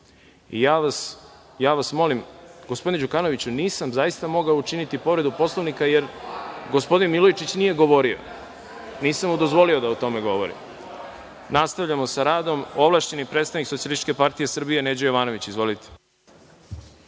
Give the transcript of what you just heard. vas molim, gospodine Đukanoviću, nisam zaista mogao učiniti povredu Poslovnika jer gospodin Milojičić nije govorio. Nisam mu dozvolio da o tome govori. Nastavljamo sa radom. Reč ima ovlašćeni predstavnik Socijalističke partije Srbije, Neđo Jovanović. Izvolite.